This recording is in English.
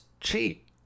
cheap